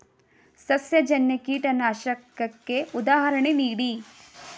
ಸಸ್ಯಜನ್ಯ ಕೀಟನಾಶಕಕ್ಕೆ ಉದಾಹರಣೆ ನೀಡಿ?